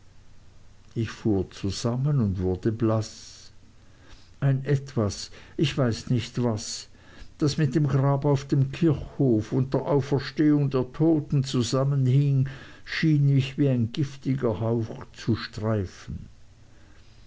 ich fuhr zusammen und wurde blaß ein etwas ich weiß nicht was das mit dem grab auf dem kirchhof und der auferstehung der toten zusammenhing schien mich wie ein giftiger hauch zu streifen